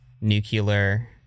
nuclear